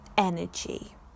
energy